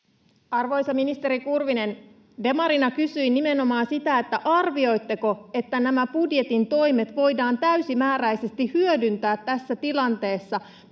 Arvoisa ministeri Kurvinen, demarina kysyin nimenomaan sitä, arvioitteko, että nämä budjetin toimet voidaan täysimääräisesti hyödyntää tässä tilanteessa.